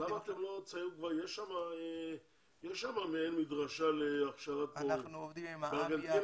יש שם מעין מדרשה להכשרת מורים בארגנטינה,